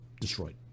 destroyed